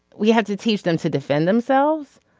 we had to teach them to defend themselves